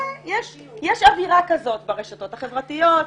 יש אווירה כזאת ברשתות החברתיות,